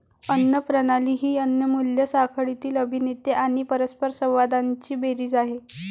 अन्न प्रणाली ही अन्न मूल्य साखळीतील अभिनेते आणि परस्परसंवादांची बेरीज आहे